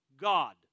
God